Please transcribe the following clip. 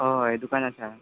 हय दुकान आसा